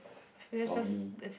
it's on me